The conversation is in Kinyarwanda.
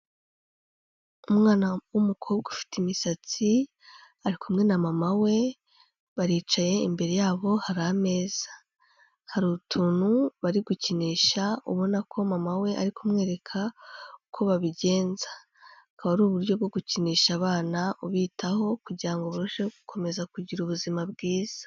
Umwana w'umukobwa ufite imisatsi ari kumwe na mama we baricaye, imbere yabo hari ameza, hari utuntu bari gukinisha ubona ko mama we ari kumwereka uko babigenza, akaba ari uburyo bwo gukinisha abana ubitaho kugira ngo barusheho kugira ubuzima bwiza.